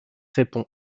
répond